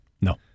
No